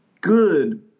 good